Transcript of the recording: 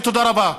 תודה רבה.